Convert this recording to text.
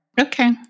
Okay